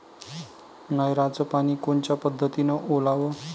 नयराचं पानी कोनच्या पद्धतीनं ओलाव?